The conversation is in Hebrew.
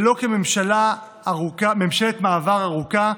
ולא כממשלת מעבר ארוכה,